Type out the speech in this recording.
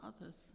others